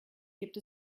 gibt